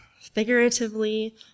figuratively